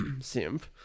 simp